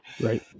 Right